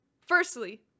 Firstly